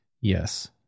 Yes